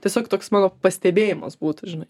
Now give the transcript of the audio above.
tiesiog toks mano pastebėjimas būtų žinai